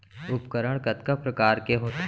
उपकरण कतका प्रकार के होथे?